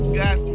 got